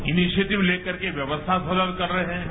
initiative लेकर के व्यवस्था सरल कर रहे हैं